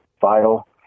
vital